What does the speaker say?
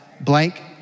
blank